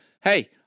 hey